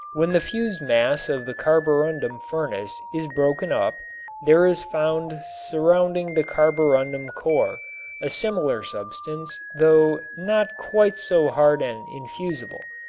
when the fused mass of the carborundum furnace is broken up there is found surrounding the carborundum core a similar substance though not quite so hard and infusible,